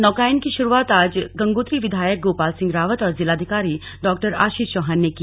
नौकायान की शुरूआत आज गंगोत्री विधायक गोपाल सिंह रावत और जिलाधिकारी डॉ आशीष चौहान ने की